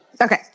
Okay